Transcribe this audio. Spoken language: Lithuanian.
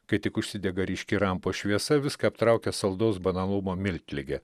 kai tik užsidega ryški rampos šviesa viską aptraukia saldaus banalumo miltligė